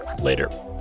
Later